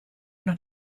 noch